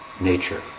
nature